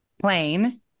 plane